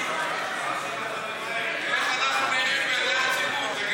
איך אנחנו נראים בעיני הציבור.